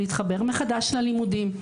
להתחבר מחדש ללימודים.